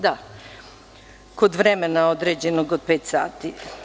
Da, stala sam kod vremena određenog od pet sati.